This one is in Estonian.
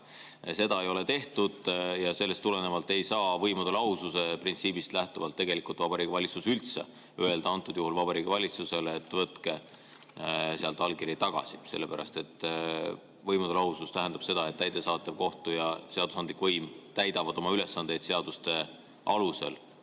Seda ei ole tehtud ja sellest tulenevalt ei saa võimude lahususe printsiibist lähtudes Vabariigi Valitsus tegelikult üldse öelda, antud juhul Vabariigi Valitsusele, et võtke sealt allkiri tagasi, sellepärast et võimude lahusus tähendab seda, et täidesaatev, kohtu- ja seadusandlik võim täidavad oma ülesandeid seaduste, mitte